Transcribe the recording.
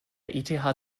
eth